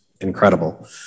Incredible